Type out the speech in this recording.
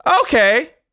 Okay